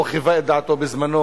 או חיווה את דעתו בזמנו,